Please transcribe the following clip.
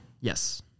Yes